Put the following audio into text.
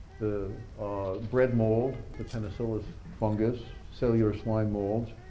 the bread mould, the penicillin fungus, cellular slime moulds,